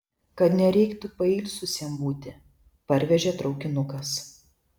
kad nereiktų pailsusiem būti parvežė traukinukas